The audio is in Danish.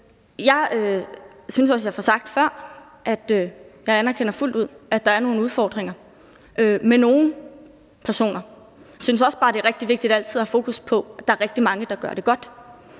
ud anerkender, at der er nogle udfordringer med nogle personer. Jeg synes også bare, det er rigtig vigtigt altid at have fokus på, at der er rigtig mange, der gør det godt.